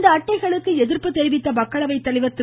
இந்த அட்டைகளுக்கு எதிர்ப்பு தெரிவித்த மக்களவை தலைவர் திரு